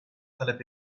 talep